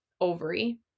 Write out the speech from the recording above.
ovary